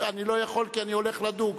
כי אני הולך לדוג.